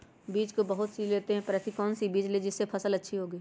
बीज तो बहुत सी लेते हैं पर ऐसी कौन सी बिज जिससे फसल अच्छी होगी?